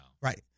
Right